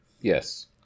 Yes